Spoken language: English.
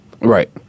Right